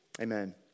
Amen